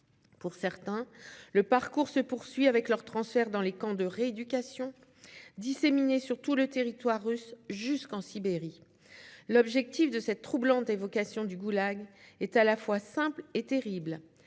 Pour certains, le parcours se poursuit avec leur transfert dans des « camps de rééducation » disséminés sur tout le territoire russe, jusqu'en Sibérie. L'objectif de cette troublante évocation du goulag est à la fois simple et terrible